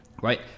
right